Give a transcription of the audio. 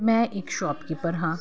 ਮੈਂ ਇੱਕ shopkeeper ਹਾਂ